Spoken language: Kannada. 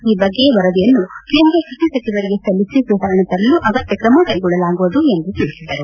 ಈ ಬಗ್ಗೆ ವರದಿಯನ್ನು ಕೇಂದ್ರ ಕೃಷಿ ಸಚಿವರಿಗೆ ಸಲ್ಲಿಸಿ ಸುಧಾರಣೆ ತರಲು ಅಗತ್ಯ ಕ್ರಮ ಕೈಗೊಳ್ಳಲಾಗುವುದು ಎಂದು ತಿಳಿಸಿದರು